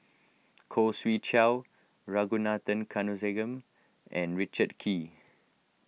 Khoo Swee Chiow Ragunathar and Richard Kee